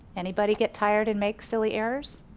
anybody get tired and make silly errors?